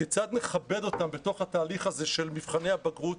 כיצד נכבד אותם בתוך התהליך הזה של מבחני הבגרות,